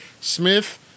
Smith